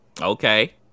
Okay